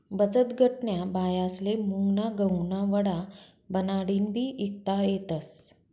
बचतगटन्या बायास्ले मुंगना गहुना वडा बनाडीन बी ईकता येतस